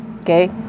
okay